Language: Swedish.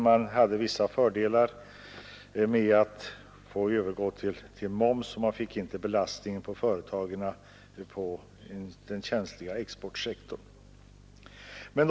Man vann vissa fördelar med att övergå till moms, och man fick bort belastningen på företagen, framför allt på den känsliga exportsektorn.